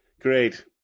Great